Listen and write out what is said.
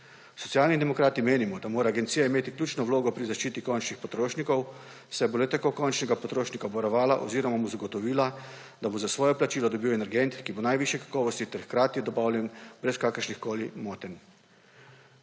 Socialni demokrati menimo, da mora agencija imeti ključno vlogo pri zaščiti končnih potrošnikov, saj bo le-tako končnega potrošnika obvarovala oziroma mu zagotovila, da bo za svoje plačilo dobil energent, ki bo najvišje kakovosti ter hkrati dobavljen brez kakršnihkoli motenj.